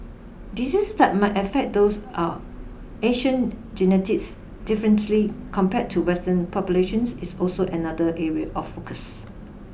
diseases that might affect those are Asian genetics differently compared to Western populations is also another area of focus